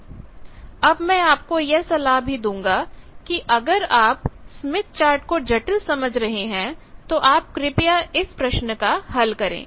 १५२४ समय पर देखे अब मैं आपको यह सलाह भी दूंगा कि अगर आप स्मिथ चार्ट को जटिल समझ रहे हैं तो आप कृपया इस प्रश्न का हल करें